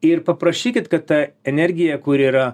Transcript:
ir paprašykit kad ta energija kuri yra